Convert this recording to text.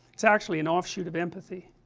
it's actually an offshoot of empathy